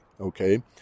Okay